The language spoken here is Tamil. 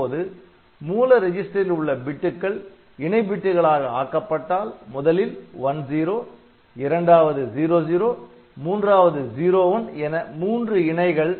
இப்போது மூல ரிஜிஸ்டரில் உள்ள பிட்டுகள் இணை பிட்டுகளாக ஆக்கப்பட்டால் முதலில் 10 இரண்டாவது 00 மூன்றாவது 01 என மூன்று இணைகள்